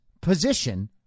position